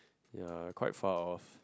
ya quite far off